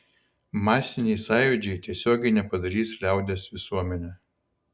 masiniai sąjūdžiai tiesiogiai nepadarys liaudies visuomene